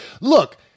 look